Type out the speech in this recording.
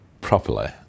properly